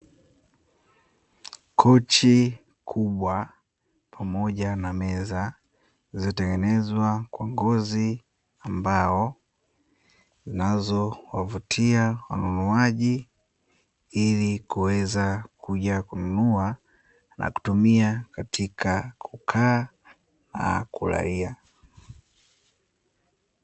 Kochi kubwa pamoja na meza zilizotengenezwa kwa ngozi na mbao zinazowavutia wanunuaji, ili kuweza kuja kununua na kutumia katika kukaa na kulalia.